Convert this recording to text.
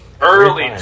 Early